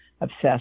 obsessed